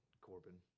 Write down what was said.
Corbin